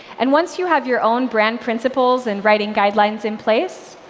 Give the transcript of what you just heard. and once you have your own brand principles in writing guidelines in place,